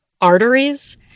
arteries